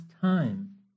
time